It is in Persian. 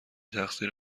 تقصیر